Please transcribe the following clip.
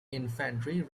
infantry